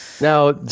now